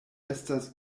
estas